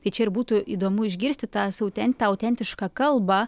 tai čia ir būtų įdomu išgirsti tą sau tą autentišką kalbą